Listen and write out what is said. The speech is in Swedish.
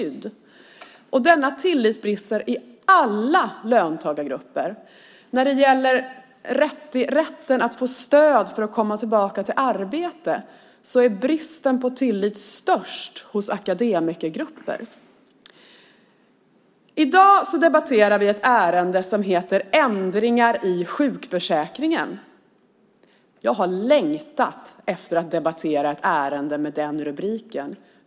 Denna tillit brister i alla löntagargrupper, men bristen på tillit är störst hos akademikergrupper. I dag debatterar vi ett ärende som heter Ändringar i sjukförsäkringen . Jag har längtat efter att debattera ett ärende med den rubriken.